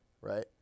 Right